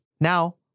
Now